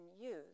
use